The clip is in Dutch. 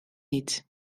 niet